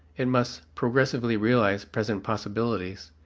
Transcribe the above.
it must progressively realize present possibilities,